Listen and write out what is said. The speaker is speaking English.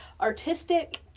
artistic